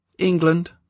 England